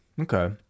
okay